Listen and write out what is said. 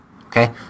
Okay